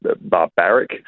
barbaric